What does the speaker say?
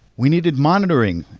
we needed monitoring,